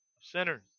sinners